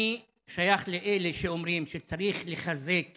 אני שייך לאלה שאומרים שצריך לחזק